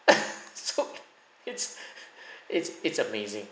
uh so it's it's it's amazing